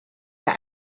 der